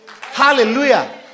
Hallelujah